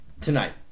tonight